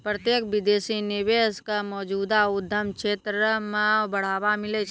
प्रत्यक्ष विदेशी निवेश क मौजूदा उद्यम क्षेत्र म बढ़ावा मिलै छै